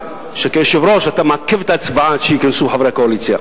שכיושב-ראש אתה מעכב את ההצבעה עד שייכנסו חברי הקואליציה.